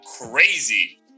crazy